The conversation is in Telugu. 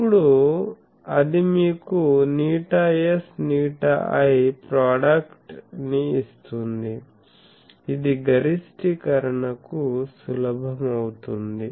ఇప్పుడు అది మీకు ηs ηi ప్రోడక్ట్ ని ఇస్తుంది ఇది గరిష్టీకరణకు సులభం అవుతుంది